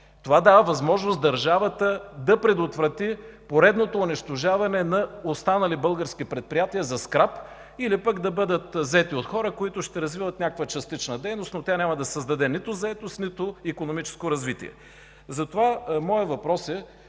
Това дава възможност държавата да предотврати поредното унищожаване на останали български предприятия за скрап или пък да бъдат взети от хора, които ще развиват някаква частична дейност, но тя няма да създаде нито заетост, нито икономическо развитие. Въпросът